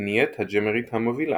היא נהיית הג'אמרית ה"מובילה".